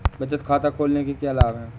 बचत खाता खोलने के क्या लाभ हैं?